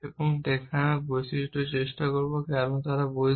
এবং দেখানোর চেষ্টা করব কেন তারা বৈধ